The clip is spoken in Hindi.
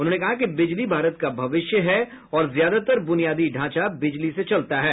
उन्होंने कहा कि बिजली भारत का भविष्य है और ज्यादातर बुनियादी ढांचा बिजली से चलता है